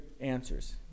answers